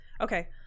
okay